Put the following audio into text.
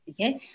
okay